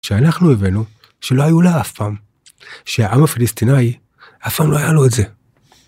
שאנחנו הבאנו שלא היו לה אף פעם, שהעם הפלסטיני אף פעם לא היה לו את זה.